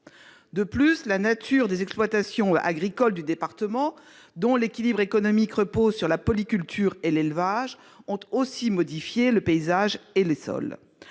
De plus, la nature des exploitations agricoles du département, dont l'équilibre économique repose sur la polyculture et l'élevage, a aussi modifié le paysage et les sols.